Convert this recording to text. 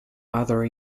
other